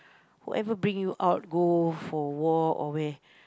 whoever bring you out go for walk or where